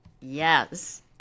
Yes